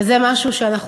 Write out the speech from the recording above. וזה משהו שאנחנו